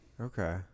Okay